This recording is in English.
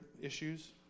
issues